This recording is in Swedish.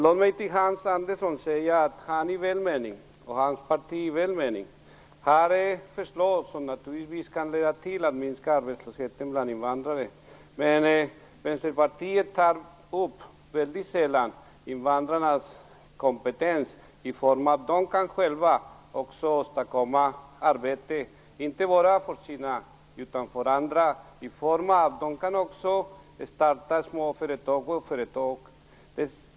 Låt mig till Hans Andersson säga att han och hans parti i välmening har förslag som naturligtvis kan leda till att minska arbetslösheten bland invandrare. Men Vänsterpartiet tar väldigt sällan upp invandrarnas kompetens, som gör att de själva också kan åstadkomma arbete, inte bara för de sina utan även för andra, genom att de kan starta småföretag.